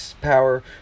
power